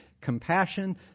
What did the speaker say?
compassion